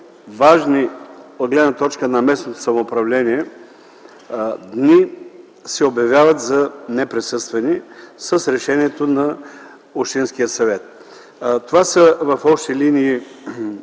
важни от гледна точка на местното самоуправление дни се обявяват за неприсъствени с решение на общинския съвет. В общи линии